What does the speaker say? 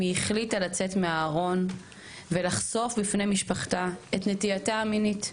היא החליטה לצאת מהארון ולחשוף בפני משפחתה את נטייתה המינית.